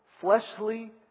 fleshly